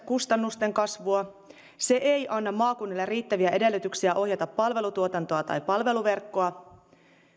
kustannusten kasvua se ei anna maakunnille riittäviä edellytyksiä ohjata palvelutuotantoa tai palveluverkkoa